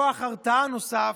כוח הרתעה נוסף,